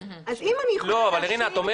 אז אם אני יכולה להשיב --- אבל,